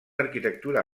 arquitectura